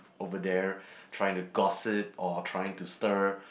over there trying to gossip or trying to stir